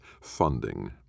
funding